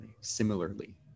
similarly